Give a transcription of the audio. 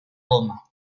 goma